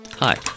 Hi